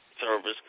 service